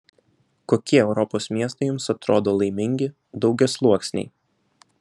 kokie europos miestai jums atrodo laimingi daugiasluoksniai